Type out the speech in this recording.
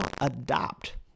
adopt